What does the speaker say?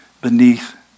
beneath